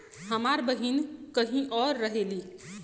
हमार बहिन कहीं और रहेली